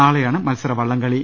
നാളെയാണ് മത്സരവള്ളം കളി